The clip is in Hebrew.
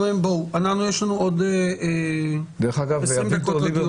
חברים, יש לנו עוד 20 דקות.